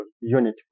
unit